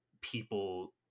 people